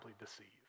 deceived